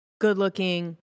good-looking